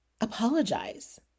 apologize